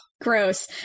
Gross